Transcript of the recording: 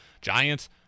Giants